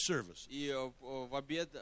Service